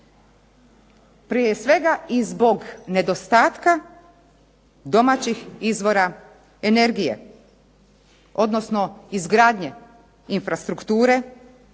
prije svega i zbog nedostatka domaćih izvora energije, odnosno izgradnje infrastrukture,